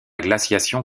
glaciation